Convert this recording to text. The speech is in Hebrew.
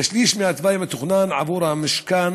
כשליש מהתוואי המתוכנן עבור המשכו